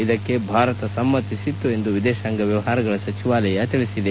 ಇದಕ್ಕೆ ಭಾರತ ಸಮ್ಮತಿಸಿತ್ತು ಎಂದು ವಿದೇತಾಂಗ ಮ್ಯವಹಾರಗಳ ಸಚಿವಾಲಯ ಹೇಳಿದೆ